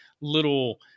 little